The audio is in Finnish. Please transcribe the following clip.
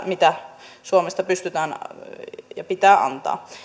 mitä suomesta pystytään antamaan ja pitää antaa